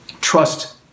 Trust